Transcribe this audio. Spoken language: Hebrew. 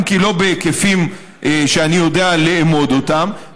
אם כי לא בהיקפים שאני יודע לאמוד אותם,